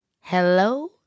Hello